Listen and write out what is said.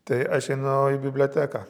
tai aš einu į biblioteką